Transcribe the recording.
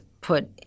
put